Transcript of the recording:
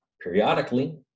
periodically